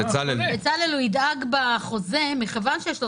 הוא ידאג בחוזה, מכיוון שיש לו את הסעיף הזה.